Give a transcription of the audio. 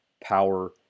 power